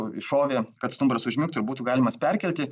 iššovė kad stumbras užmigtų ir būtų galimas perkelti